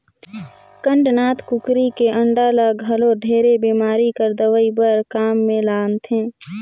कड़कनाथ कुकरी के अंडा ल घलो ढेरे बेमारी कर दवई बर काम मे लानथे